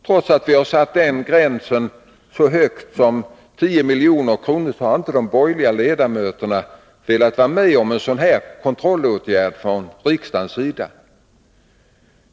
Trots att vi har satt den gränsen så högt som 10 milj.kr. har inte de borgerliga ledamöterna velat vara med om en sådan kontrollåtgärd från riksdagens sida.